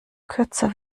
kürzer